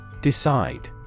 Decide